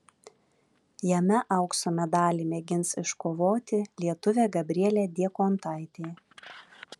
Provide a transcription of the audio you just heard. jame aukso medalį mėgins iškovoti lietuvė gabrielė diekontaitė